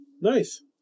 Nice